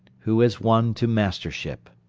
who has won to mastership